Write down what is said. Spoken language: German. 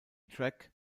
track